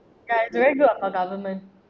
ya it's very good of our government